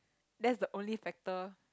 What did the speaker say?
that's the only factor